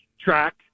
track